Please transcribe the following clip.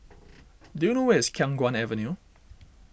do you know where is Khiang Guan Avenue